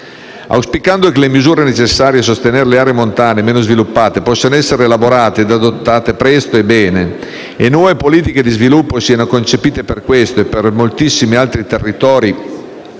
Auspicando che le misure necessarie a sostenere le aree montane meno sviluppate possano essere elaborate ed adottate presto e bene e nuove politiche di sviluppo siano concepite per questo e per moltissimi altri territori